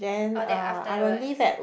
oh then afterwards